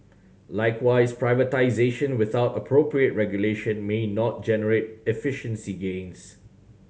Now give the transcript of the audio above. likewise privatisation without appropriate regulation may not generate efficiency gains